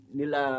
nila